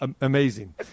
Amazing